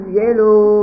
yellow